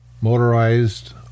motorized